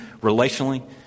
relationally